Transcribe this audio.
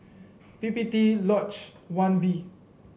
P P T Lodge One B